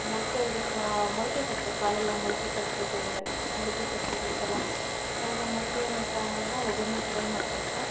ಮೊಳಕೆ ಹುರುಳಿ ಮೊಳಕೆ ಕಟ್ಬೇಕು ಕಾಳೆಲ್ಲ ಮೊಳಕೆ ಕಟ್ಟುತ್ತಿದೆ ಮೊಳಕೆ ಕಟ್ಟೋದಿರುತ್ತಲ್ಲ ಆವಾಗ ಮೊಳಕೆ ಕಾಳೆಲ್ಲ ಒಗ್ಗರಣೇಲಿ ಫ್ರೈ ಮಾಡ್ಕೊಳ್ಬೇಕು